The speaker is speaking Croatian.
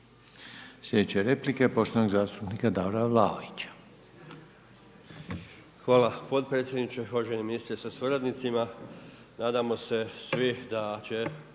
Slijedeća je replika poštovanog zastupnika Davora Vlaovića.